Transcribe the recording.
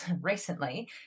recently